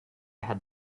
had